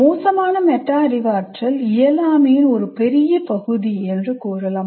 மோசமான மெட்டா அறிவாற்றல் இயலாமையின் ஒரு பெரிய பகுதி என்று கூறலாம்